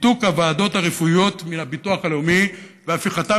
ניתוק הוועדות הרפואיות מהביטוח הלאומי והפיכתן